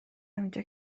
اینجا